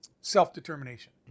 self-determination